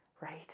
right